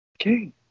Okay